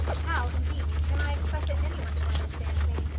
how, indeed, can i expect that any one shall understand me?